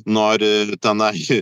nori tenai